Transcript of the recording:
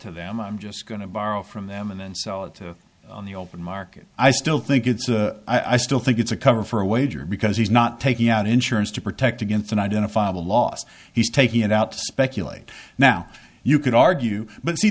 to them i'm just going to borrow from them and then sell it on the open market i still think it's a i still think it's a cover for a wager because he's not taking out insurance to protect against an identifiable loss he's taking it out to speculate now you could argue but see